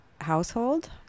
household